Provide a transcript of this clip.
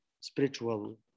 spiritual